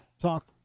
talk